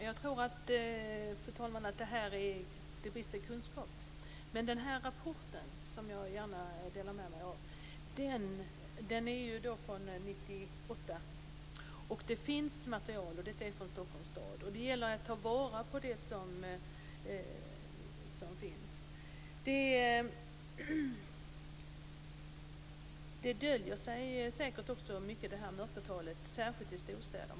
Fru talman! Jag tror att det brister i kunskap, men den här rapporten, som jag gärna delar med mig av, är från 1998. Det finns material. Den här rapporten är från Stockholms stad. Det gäller att ta vara på det som finns. Det döljs säkert mycket i det här mörkertalet, särskilt i storstäderna.